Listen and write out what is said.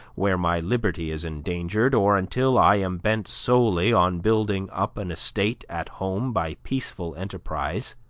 where my liberty is endangered, or until i am bent solely on building up an estate at home by peaceful enterprise,